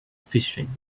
fishing